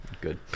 Good